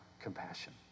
compassion